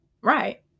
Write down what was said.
Right